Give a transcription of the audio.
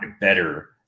better